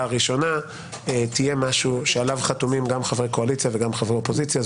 הראשונה תהיה משהו שעליו חתומים גם חברי קואליציה וגם חברי אופוזיציה.